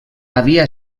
havia